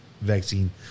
vaccine